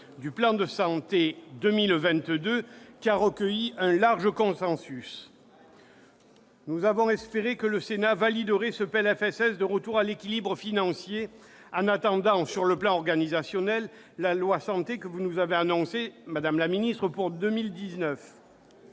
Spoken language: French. du plan « Ma santé 2022 », qui a recueilli un large consensus. Nous avions espéré que le Sénat validerait ce PLFSS du retour à l'équilibre financier, en attendant, sur le plan organisationnel, la loi santé que vous avez annoncée, madame la ministre, pour 2019.